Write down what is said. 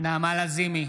נעמה לזימי,